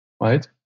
right